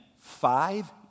five